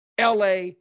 LA